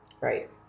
Right